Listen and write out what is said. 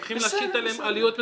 הולכים להשית עליהם עלויות מטורפות.